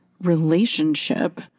relationship